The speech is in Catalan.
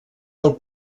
del